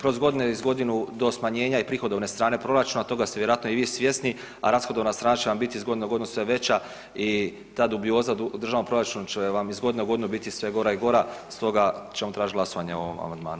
kroz godine u godinu do smanjenja i prihodovne strane proračuna, a toga ste vjerojatno i vi svjesni, a rashodovna strana će vam iz godine u godinu biti sve veća i tada dubioza u državnom proračunu će vam iz godine u godinu biti sve gora i gora, stoga ćemo tražiti glasovanje o ovom amandmanu.